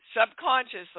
subconsciously